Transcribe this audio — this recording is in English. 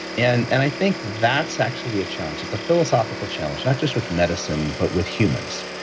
and and i think that's actually a challenge. it's a philosophical challenge not just with medicine, but with humans.